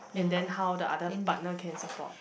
and then how the other partner can support